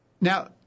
Now